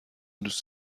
دوست